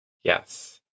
yes